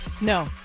No